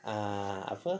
ah apa